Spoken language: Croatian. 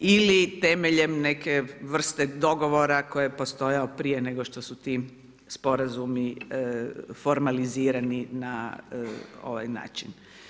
Ili temeljem neke vrste dogovora koji je postojao prije nego što su ti sporazumi formalizirani na način.